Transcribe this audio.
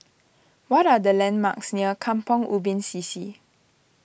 what are the landmarks near Kampong Ubi CC